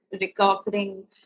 recovering